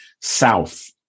south